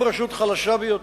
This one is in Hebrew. אם רשות חלשה ביותר,